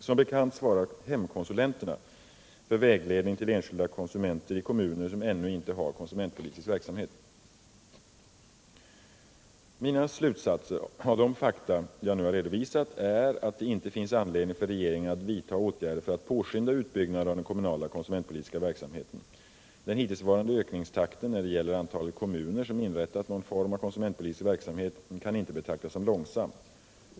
Som bekant svarar hemkonsulenterna för vägledning till enskilda konsumenter i kommuner som ännu inte har konsumentpolitisk verksamhet. Mina slutsatser av de fakta jag nu har redovisat är att det inte finns anledning för regeringen att vidta åtgärder för att påskynda utbyggnaden av den kommunala konsumentpolitiska verksamheten. Den hittillsvarande ökningstakten när det gäller antalet kommuner som inrättat någon form av konsumentpolitisk verksamhet kan inte betraktas som långsam.